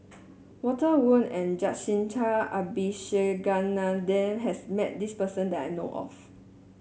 Walter Woon and Jacintha Abisheganaden has met this person that I know of